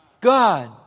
God